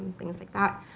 things like that.